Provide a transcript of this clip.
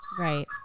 right